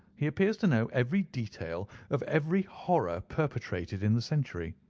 he appears to know every detail of every horror perpetrated in the century.